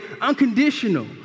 unconditional